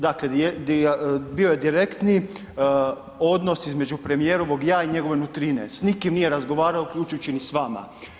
Dakle bio je direktni odnos između premijerovog „ja“ i njegove nutrine, s nikim nije razgovarao, uključujući ni s vama.